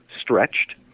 stretched